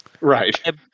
right